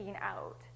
out